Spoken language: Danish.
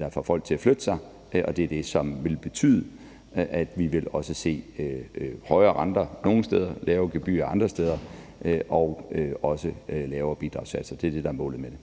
der får folk til at flytte sig, og det er det, som vil betyde, at vi vil se højere renter nogle steder og lavere gebyrer andre steder og også lavere bidragssatser. Det er det, der er målet med det.